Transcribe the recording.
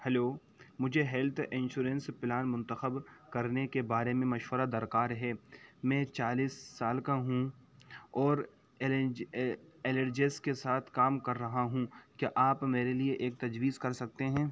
hello مجھے health insurance plan منتخب کرنے کے بارے میں مشورہ درکار ہے میں چالیس سال کا ہوں اور الرجز کے ساتھ کام کر رہا ہوں کیا آپ میرے لیے ایک تجویز کر سکتے ہیں